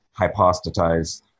hypostatized